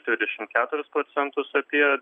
dvidešim keturis procentus apie